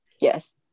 yes